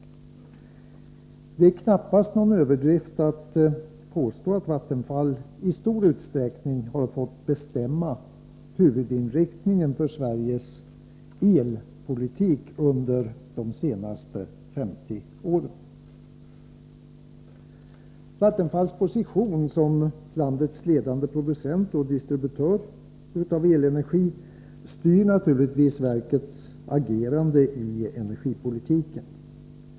Det är knappast någon överdrift att påstå att Vattenfall i stor utsträckning har fått bestämma huvudinriktningen för Sveriges elpolitik under de senaste 50 åren. Vattenfalls position som landets ledande producent och distributör av elenergi styr naturligtvis verkets agerande i energipolitiken.